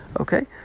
Okay